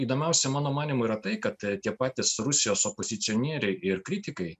įdomiausia mano manymu yra tai kad tie patys rusijos opozicionieriai ir kritikai